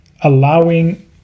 allowing